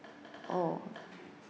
oh